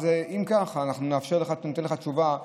אם כך, ניתן לך תשובה,